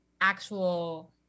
actual